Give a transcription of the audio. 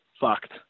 fucked